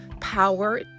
power